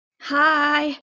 Hi